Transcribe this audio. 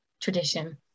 tradition